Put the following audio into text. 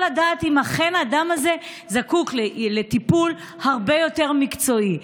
לדעת אם אכן האדם הזה זקוק לטיפול הרבה יותר מקצועי.